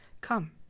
Come